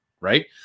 right